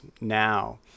now